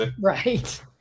Right